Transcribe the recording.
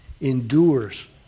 endures